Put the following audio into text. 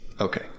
Okay